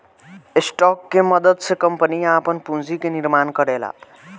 stock के मदद से कंपनियां आपन पूंजी के निर्माण करेला